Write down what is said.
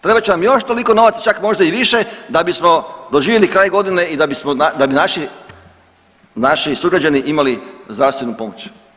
Treba će nam još toliko novaca čak možda i više da bismo doživjeli kraj godine i da bismo, da bi naši sugrađani imali zdravstvenu pomoć.